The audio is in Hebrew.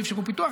לא אפשרו פיתוח,